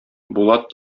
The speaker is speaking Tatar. булат